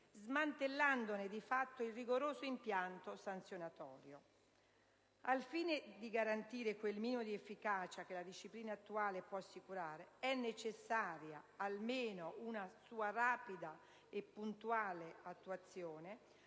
smantellandone di fatto il rigoroso impianto sanzionatorio. Al fine di garantire quel minimo di efficacia che la disciplina attuale può assicurare, è necessaria, almeno, una sua rapida e puntuale attuazione